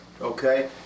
Okay